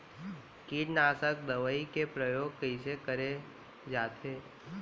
कीटनाशक दवई के प्रयोग कइसे करे जाथे?